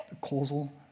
causal